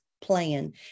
plan